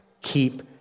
Keep